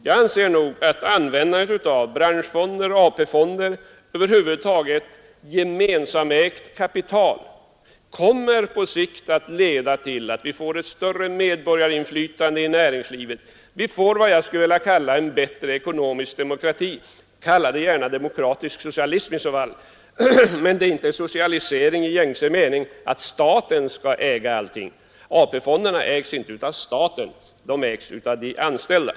Jag anser att användandet av branschfonder och AP-fonder och över huvud taget av gemensamt ägt kapital på sikt kommer att leda till att vi får ett större medborgarinflytande i näringslivet eller vad jag skulle vilja kalla en bättre ekonomisk demokrati. Kalla det gärna demokratisk socialism, men det är inte fråga om en socialisering i den meningen att staten skall äga allting. AP-fonderna ägs inte av staten utan av de anställda.